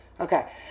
Okay